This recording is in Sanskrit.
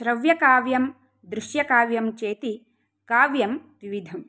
श्रव्यकाव्यं दृश्यकाव्यं चेति काव्यं द्विविधम्